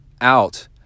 out